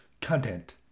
content